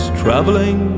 traveling